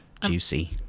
Juicy